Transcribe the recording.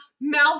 mouth